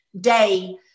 day